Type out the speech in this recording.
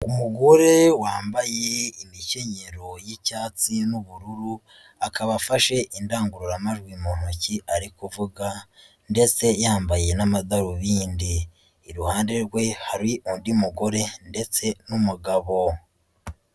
Umugore wambaye imikenyero y'icyatsi n'ubururu, akaba afashe indangururamajwi mu ntoki ari kuvuga ndetse yambaye n'amadarubindi, iruhande rwe hari undi mugore ndetse n'umugabo.